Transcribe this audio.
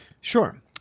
Sure